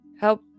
Help